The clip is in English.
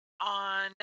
on